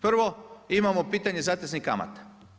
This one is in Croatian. Prvo, imamo pitanje zateznih kamata.